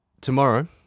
tomorrow